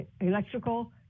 electrical